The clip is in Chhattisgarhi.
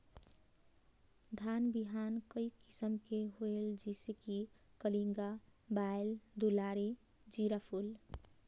धान बिहान कई किसम के होयल जिसे कि कलिंगा, बाएल दुलारी, जीराफुल?